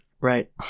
right